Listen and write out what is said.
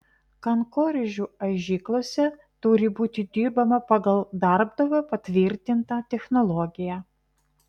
kankorėžių aižyklose turi būti dirbama pagal darbdavio patvirtintą technologiją